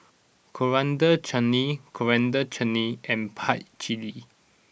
Coriander Chutney Coriander Chutney and Pad Thai